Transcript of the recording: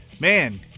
Man